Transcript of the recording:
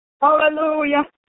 Hallelujah